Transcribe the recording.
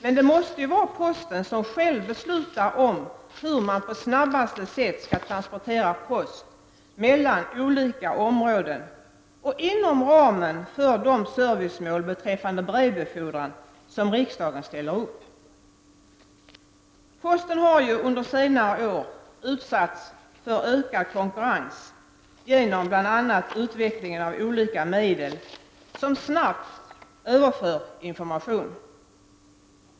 Men det måste vara posten som själv beslutar om hur man på snabbaste sätt skall transportera post mellan olika områden och inom ramen för de servicemål beträffande brevbefordran som riksdagen ställer upp. Posten har ju, under senare år, utsatts för ökad konkurrens genom bl.a. utvecklingen av olika medel som snabbt överför information.